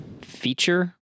Feature